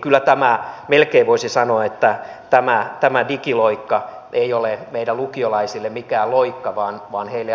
kyllä melkein voisi sanoa että tämä digiloikka ei ole meidän lukiolaisille mikään loikka vaan